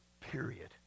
Period